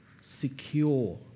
secure